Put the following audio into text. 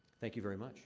thank you very much.